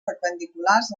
perpendiculars